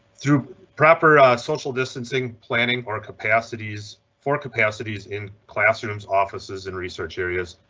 through proper social distancing, planning or capacities for capacities in classrooms, offices and research areas,